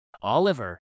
Oliver